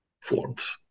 forms